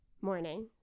morning